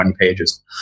pages